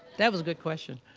that was a good question.